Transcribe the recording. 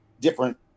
different